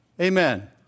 Amen